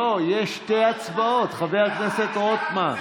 לא, יש שתי הצבעות, חבר הכנסת רוטמן.